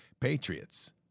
Patriots